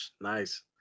nice